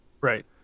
Right